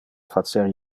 facer